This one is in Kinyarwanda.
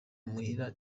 muhira